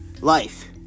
Life